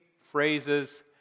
phrases